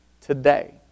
today